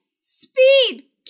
Speed